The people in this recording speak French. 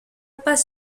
pas